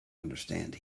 understand